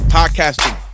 podcasting